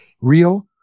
Real